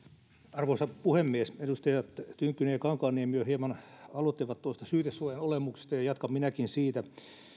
arvoisa puhemies edustajat tynkkynen ja kankaanniemi jo hieman aloittivat tuosta syytesuojan olemuksesta ja jatkan minäkin siitä